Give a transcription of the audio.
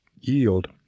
yield